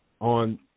on